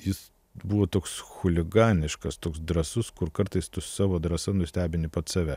jis buvo toks chuliganiškas toks drąsus kur kartais tu savo drąsa nustebini pats save